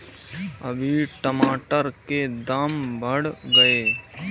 अभी टमाटर के दाम बढ़ गए